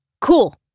cool